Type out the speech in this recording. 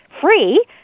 free